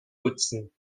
putzen